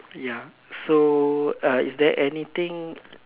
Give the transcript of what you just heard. ya so uh is there anything